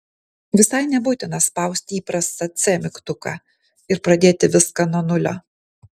visai nebūtina spausti įprastą c mygtuką ir pradėti viską nuo nulio